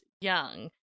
young